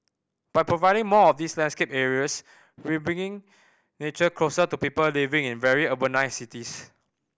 by providing more of these landscape areas we bringing nature closer to people living in a very urbanised cities